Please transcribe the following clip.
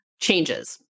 changes